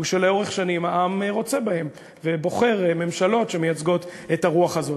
הוא שלאורך שנים העם רוצה בהן ובוחר ממשלות שמייצגות את הרוח הזאת.